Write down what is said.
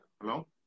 hello